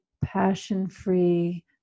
passion-free